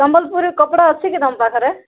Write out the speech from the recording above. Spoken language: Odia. ସମ୍ବଲପୁରୀ କପଡ଼ା ଅଛି କି ତୁମ ପାଖରେ